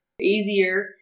easier